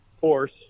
force